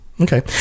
Okay